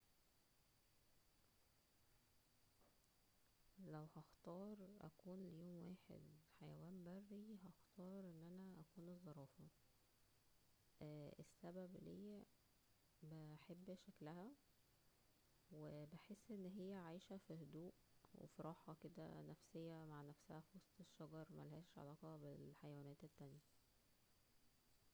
لو هختار اكون ليوم واحد حيوان برى, هختار ان انا اكون الزرافة واه السبب ليه بحب شكلها ,وبحس ان هى عايشة فى هدوء وفى راحة نفسية كدا مع نفسها فى وسط الشجر ملهاش علاقة بالحيوانات التانية